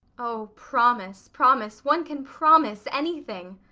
oh, promise, promise! one can promise anything.